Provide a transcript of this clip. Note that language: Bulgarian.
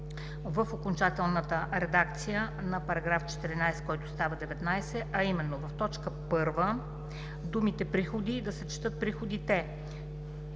В окончателната редакция на § 14, който става § 19, а именно: в точка първа думите „приходи“ да се четат „приходите“